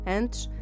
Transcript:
antes